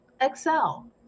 Excel